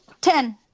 Ten